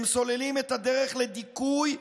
הם סוללים את הדרך לדיכוי,